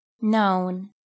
Known